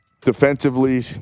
defensively